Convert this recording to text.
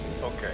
Okay